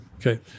Okay